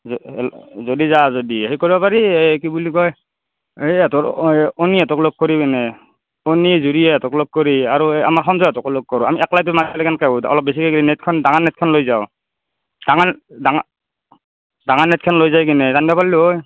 যদি যাৱ যদি সেই কৰিব পাৰি এই কি বুলি কয় এই ইহঁতৰ অনিহঁতক লগ কৰি কেনে অনি জুৰিহঁতক লগ কৰি আৰু এই আমাৰ সঞ্জয়হঁতকো লগ কৰ আমি একলাইতো মাছ মাৰিলে কেনেকৈ হ'ব দা অলপ বেছিকে গ'লে নেটখন ডাঙৰ নেটখন লৈ যাওঁ ডাঙৰ ডাঙৰ ডাঙৰ নেটখন লৈ যাই কেনে টানিব পাৰিলোঁ হয়